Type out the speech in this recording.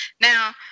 Now